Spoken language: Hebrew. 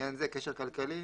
לעניין זה "קשר כלכלי"